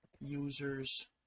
users